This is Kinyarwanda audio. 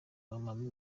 lomami